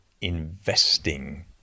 investing